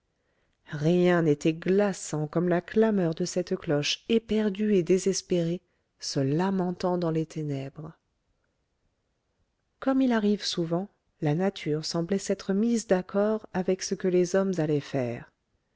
rien n'était glaçant comme la clameur de cette cloche éperdue et désespérée se lamentant dans les ténèbres comme il arrive souvent la nature semblait s'être mise d'accord avec ce que les hommes allaient faire